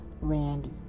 Randy